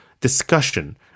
discussion